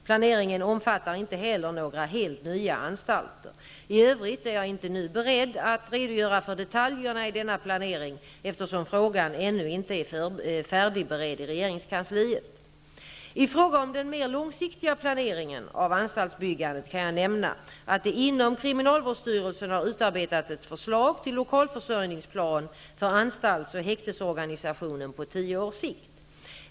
Planeringen omfattar inte heller några helt nya anstalter. I övrigt är jag inte nu beredd att redogöra för detaljerna i denna planering, eftersom frågan ännu inte är färdigberedd i regeringskansliet. I fråga om den mer långsiktiga planeringen av anstaltsbyggandet kan jag nämna att det inom kriminalvårdsstyrelsen har utarbetats ett förslag till lokalförsörjningsplan för anstalts och häktesorganisationen på tio års sikt.